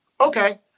Okay